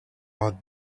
our